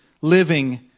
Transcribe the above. living